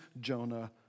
Jonah